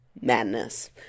Madness